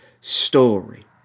story